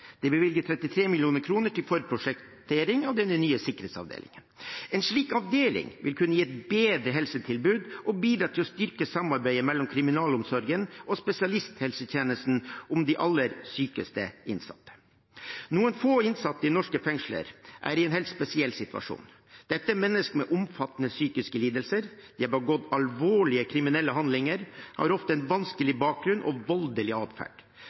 Det er bevilget 33 mill. kr til forprosjektering av den nye sikkerhetsavdelingen. En slik avdeling vil kunne gi et bedre helsetilbud og bidra til å styrke samarbeidet mellom kriminalomsorgen og spesialisthelsetjenesten om de aller sykeste innsatte. Noen få innsatte i norske fengsler er i en helt spesiell situasjon. Dette er mennesker med omfattende psykiske lidelser. De har begått alvorlige kriminelle handlinger og har ofte en vanskelig bakgrunn og voldelig atferd.